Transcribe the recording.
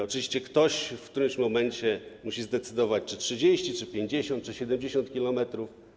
Oczywiście ktoś w którymś momencie musi zdecydować, czy 30 km, czy 50 km, czy 70 km.